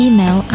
Email